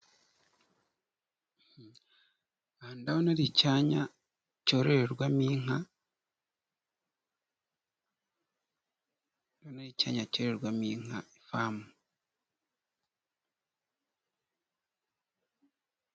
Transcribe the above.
Aha ndabona ari icyanya cyororerwamo inka icyanya cyororerwamo inka ifamu.